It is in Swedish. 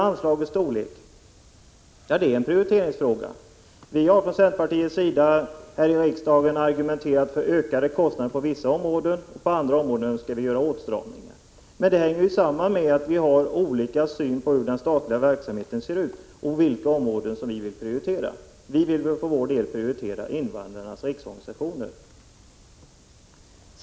Anslagets storlek är en prioriteringsfråga. Vi har från centerpartiets sida här i riksdagen argumenterat för ökade kostnader på vissa områden, och på andra områden vill vi göra åtstramningar. Men det hänger ju samman med att vi har olika syn på hur den statliga verksamheten skall se ut och vilka områden som bör prioriteras. Vi vill för vår del prioritera invandrarnas riksorganisationer.